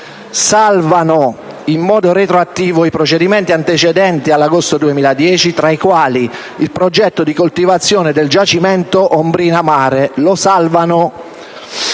salvano in modo retroattivo i procedimenti antecedenti all'agosto 2010, tra i quali il progetto di coltivazione del giacimento "Ombrina Mare". Ripeto: lo salvano.